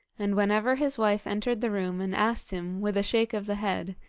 and whenever his wife entered the room and asked him, with a shake of the head,